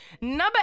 number